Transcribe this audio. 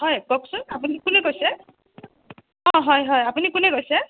হয় কওকচোন আপুনি কোনে কৈছে অ হয় হয় আপুনি কোনে কৈছে